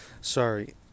Sorry